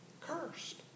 cursed